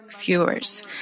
Viewers